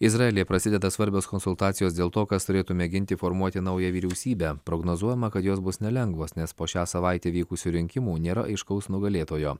izraelyje prasideda svarbios konsultacijos dėl to kas turėtų mėginti formuoti naują vyriausybę prognozuojama kad jos bus nelengvos nes po šią savaitę vykusių rinkimų nėra aiškaus nugalėtojo